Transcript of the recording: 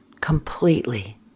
completely